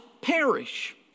perish